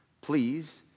Please